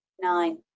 nine